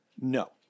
No